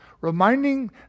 reminding